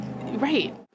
right